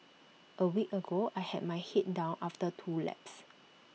A week ago I had my Head down after two laps